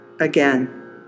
Again